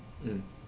mm